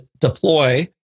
deploy